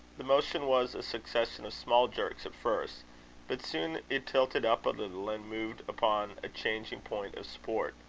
the motion was a succession of small jerks at first but soon it tilted up a little, and moved upon a changing point of support.